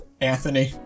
Anthony